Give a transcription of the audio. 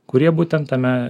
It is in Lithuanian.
kurie būtent tame